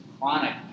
chronic